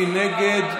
מי נגד?